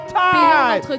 time